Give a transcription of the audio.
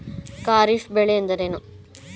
ಖಾರಿಫ್ ಬೆಳೆ ಎಂದರೇನು?